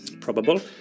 probable